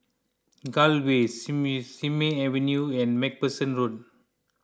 Gul Way Simei Simei Avenue and MacPherson Road